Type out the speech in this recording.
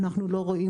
אנחנו לא רואים,